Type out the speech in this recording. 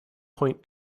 point